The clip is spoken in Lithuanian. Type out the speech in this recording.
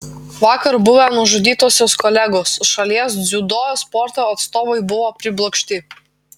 vakar buvę nužudytosios kolegos šalies dziudo sporto atstovai buvo priblokšti